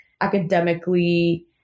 academically